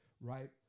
Right